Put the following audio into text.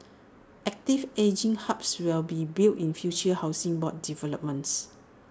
active ageing hubs will be built in future Housing Board developments